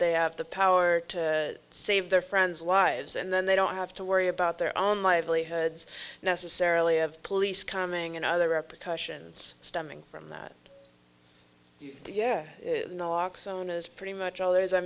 they have the power to save their friends lives and then they don't have to worry about their own livelihoods necessarily of police coming another epic ossian's stemming from that yeah knocks own is pretty much all there is i